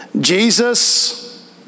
Jesus